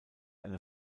eine